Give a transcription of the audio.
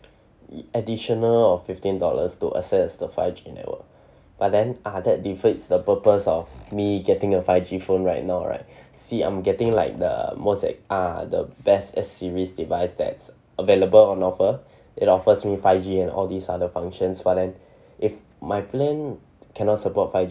additional of fifteen dollars to access the five G network but then uh that defeats the purpose of me getting a five G phone right now right see I'm getting like the most ad~ uh the best S series device that's available on offer it offers me five G and all these other functions but then if my plan cannot support five G